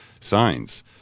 signs